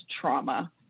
trauma